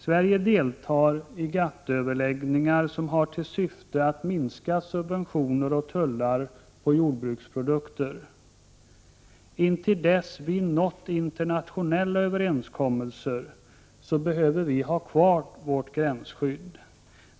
Sverige deltar i GATT-överläggningar, som har till syfte att minska subventioner och tullar på jordbruksprodukter. Intill dess vi nått internationella överenskommelser behöver vi ha kvar vårt gränsskydd.